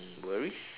mm worries